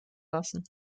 lassen